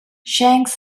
shanks